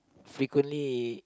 frequently